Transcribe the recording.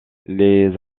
les